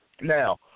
Now